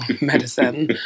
medicine